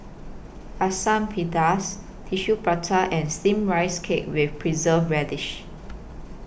Asam Pedas Tissue Prata and Steamed Rice Cake with Preserved Radish